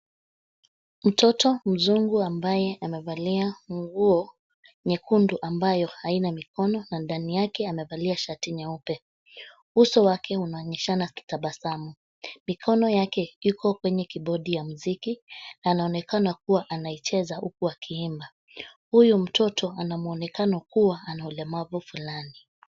Mtoto mzungu ambaye amevalia nguo nyekundu ambayo haina mikono na ndani yake amevalia shati nyeupe. Uso wake unaonyeshana akitabasamu. Mikono yake iko kwenye kibodi ya muziki na inaonekana kuwa anaicheza huku akiimba. Huyu mtoto ana muonekano kuwa ana ulemavu fulani.